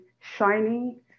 shiny